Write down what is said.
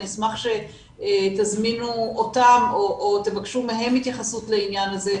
אני אשמח שתזמינו אותם או תבקשו מהם התייחסות לעניין הזה,